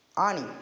आणि